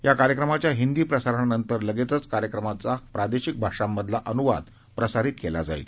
या कार्यक्रमाच्या हिंदी प्रसारणानंतर लगेचच कार्यक्रमाचा प्रादेशिक भाषांमधला अनुवाद प्रसारित केला जाईल